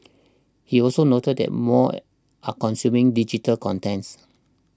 he also noted that more are consuming digital contents